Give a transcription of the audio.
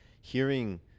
Hearing